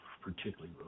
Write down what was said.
particularly